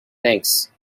thanks